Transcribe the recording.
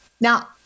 now